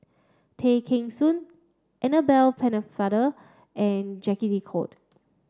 Tay Kheng Soon Annabel Pennefather and Jacques de Coutre